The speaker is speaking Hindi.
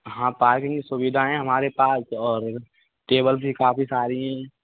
हाँ पार्किंग की सुविधा है हमारे पास और टेबल भी काफ़ी सारी हैं